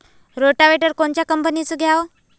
Rotavator कोनच्या कंपनीचं घ्यावं?